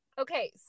Okay